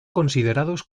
considerados